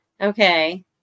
Okay